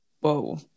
Whoa